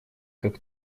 как